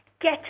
Get